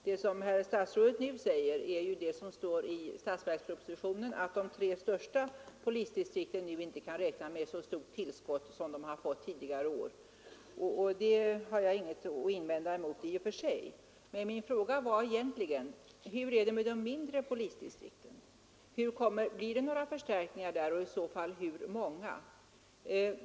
Det som statsrådet nu säger är ju vad som står i statsverkspropositionen, nämligen att de tre största polisdistrikten i år inte kan räkna med så stort tillskott som de har fått förut. Det har jag inget att invända emot i och för sig, men min fråga var egentligen: Hur är det med de mindre polisdistrikten? Får de några förstärkningar, och hur många tjänster blir det i så fall?